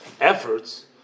efforts